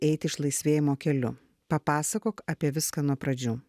eit išlaisvėjimo keliu papasakok apie viską nuo pradžių